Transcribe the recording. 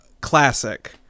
classic